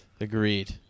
Agreed